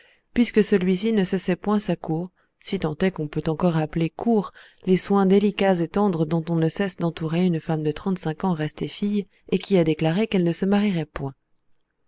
puisque celui-ci ne cessait point sa cour si tant est qu'on peut encore appeler cour les soins délicats et tendres dont on ne cesse d'entourer une femme de trente-cinq ans restée fille et qui a déclaré qu'elle ne se marierait point